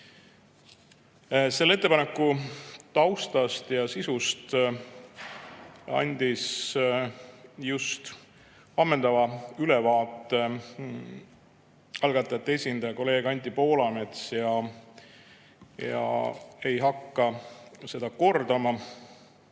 Selle ettepaneku taustast ja sisust andis just ammendava ülevaate algatajate esindaja kolleeg Anti Poolamets, ma ei hakka seda